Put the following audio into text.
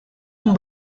amb